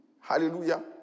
Hallelujah